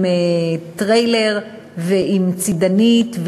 עם טריילר ועם צידנית,